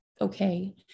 okay